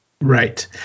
Right